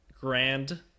grand